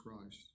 Christ